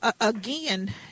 again